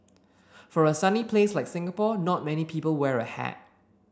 for a sunny place like Singapore not many people wear a hat